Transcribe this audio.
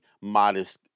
modest